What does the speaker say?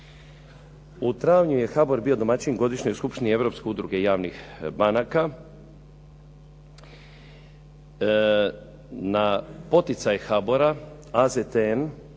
U travnju je HBOR bio domaćin godišnjoj skupštini Europske udruge javnih banaka. Na poticaj HBOR-a AZTN,